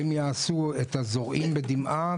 הם יעשו את "הזורעים בדמעה",